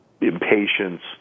impatience